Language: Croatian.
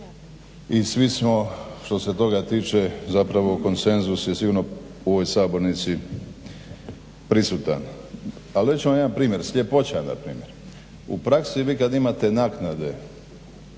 i svi smo što se toga tiče zapravo konsenzus je sigurno u ovoj sabornici prisutan. Ali reći ću vam jedan primjer, sljepoća na primjer. U praksi vi kad imate naknade